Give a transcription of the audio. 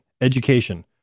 education